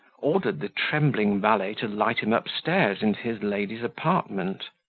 ordered the trembling valet to light him upstairs into his lady's apartment.